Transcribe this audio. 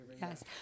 Yes